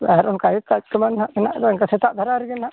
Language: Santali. ᱟᱨ ᱚᱱᱠᱟᱜᱮ ᱠᱟᱡᱽ ᱠᱚᱢᱟ ᱱᱟᱦᱟᱜ ᱫᱚ ᱚᱱᱠᱟ ᱥᱮᱛᱟᱜ ᱫᱷᱟᱨᱟ ᱨᱮᱜᱮ ᱦᱟᱸᱜ